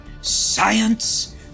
science